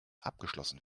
abgeschlossen